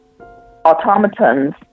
automatons